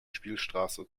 spielstraße